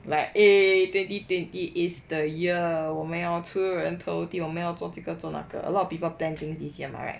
like eh twenty twenty is the year 我们要出人头地我们要做这个做那个 a lot of people plan during this year mah right